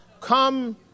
Come